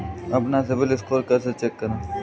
अपना CIBIL score कैसे check करें?